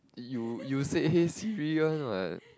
you you say hey Siri one what